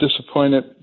disappointed